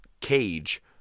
cage